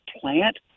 plant